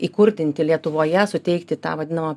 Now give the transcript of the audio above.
įkurdinti lietuvoje suteikti tą vadinamą